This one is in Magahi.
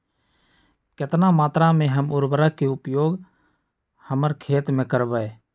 कितना मात्रा में हम उर्वरक के उपयोग हमर खेत में करबई?